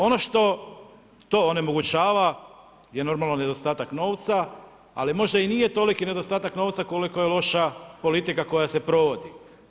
Ono što to onemogućava je normalno nedostatak novca, ali možda i nije toliki nedostatak novca koliko je loša politika koja se provodi.